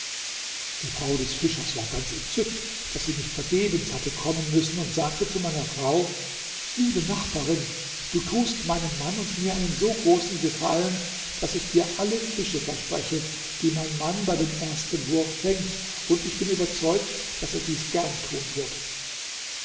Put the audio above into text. die frau des fischers war ganz entzückt daß sie nicht vergebens hatte kommen müssen und sagte zu meiner frau liebe nachbarin du tust meinem mann und mir einen so großen gefallen daß ich dir alle fische verspreche die mein mann bei dem ersten wurf fängt und ich bin überzeugt daß er dies gern tun wird